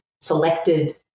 selected